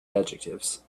adjectives